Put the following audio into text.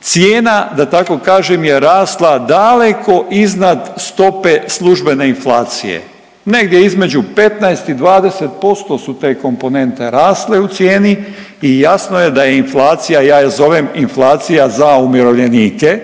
cijena, da tako kažem je rasla daleko iznad stope službene inflacije. Negdje između 15 i 20% su te komponente rasle u cijeni i jasno je da je inflacija, ja je zovem inflacija za umirovljenike,